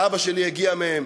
שאבא שלי הגיע מהן,